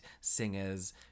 singers